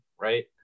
right